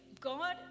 God